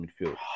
midfield